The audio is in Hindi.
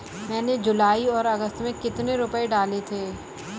मैंने जुलाई और अगस्त में कितने रुपये डाले थे?